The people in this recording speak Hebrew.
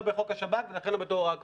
לא בחוק השב"כ ולא בתור הוראה קבועה.